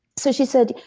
so she said,